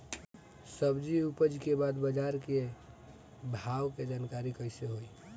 सब्जी उपज के बाद बाजार के भाव के जानकारी कैसे होई?